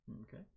Okay